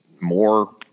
more